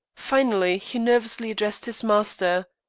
finally he nervously addressed his master